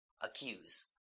Accuse